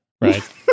right